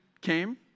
came